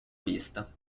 vista